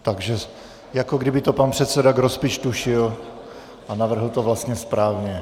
Takže jako kdyby to pan předseda Grospič tušil a navrhl to vlastně správně.